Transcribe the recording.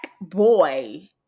boy